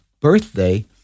birthday